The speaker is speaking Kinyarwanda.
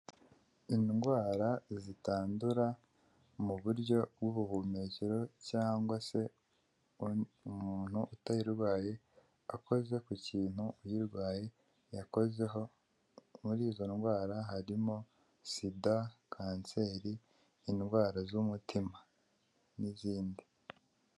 Indwara zitandura mu buryo bw'ubuhumekero cyangwa se umuntu utayirwaye akoze ku kintu uyirwaye yakozeho muri izo ndwara harimo sida, kanseri, indwara z'umutima n'izindi.